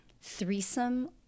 Threesome